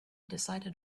decided